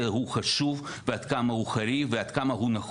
הוא חשוב ועד כמה הוא חריג ועד כמה הוא נחוץ.